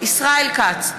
ישראל כץ,